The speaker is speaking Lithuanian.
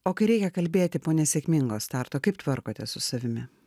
o kai reikia kalbėti po nesėkmingo starto kaip tvarkotės su savimi